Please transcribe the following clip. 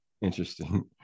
Interesting